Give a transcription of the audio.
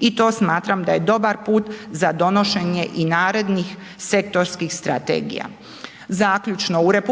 i to smatram da je dobar put za donošenje i narednih sektorskih strategija. Zaključno, u RH